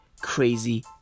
crazy